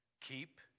Keep